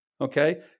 Okay